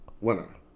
winner